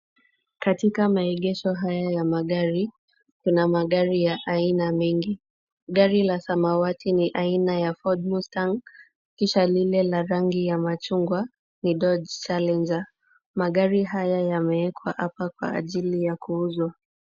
Katika maegesho haya ya magari, kuna agari ya aina mingi. Gari la samawati ni la aina ya Ford Mustang, kisha lile la rangi ya machungwa ni Dodge Challenger. Magari haya yamewekwa hapa kwa ajili ya kuuzwa.